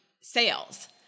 sales